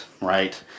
right